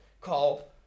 call